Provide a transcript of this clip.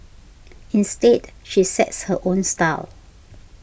instead she sets her own style